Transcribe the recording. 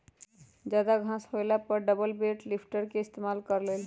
जादा घास होएला पर डबल बेल लिफ्टर के इस्तेमाल कर ल